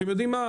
אתם יודעים מה?